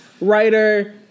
writer